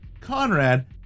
Conrad